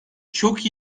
çok